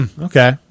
Okay